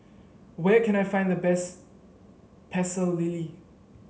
where can I find the best Pecel Lele